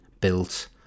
built